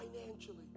financially